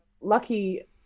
Lucky